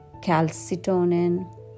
calcitonin